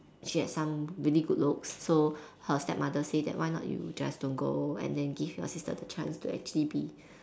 she had some really good looks so her stepmother said that why not you just don't go and then give your sister the chance to actually be